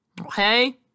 Okay